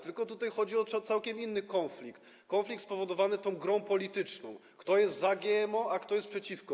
Tylko tutaj chodzi o całkiem inny konflikt, o konflikt spowodowany tą grą polityczną: kto jest za GMO, a kto - przeciw.